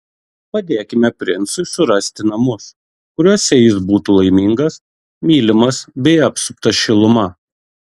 padėkime princui surasti namus kuriuose jis būtų laimingas mylimas bei apsuptas šiluma